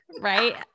Right